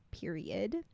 period